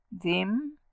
dim